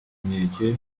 inkeke